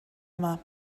yma